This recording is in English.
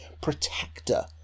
Protector